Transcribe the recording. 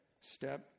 step